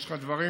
יש לך דברים,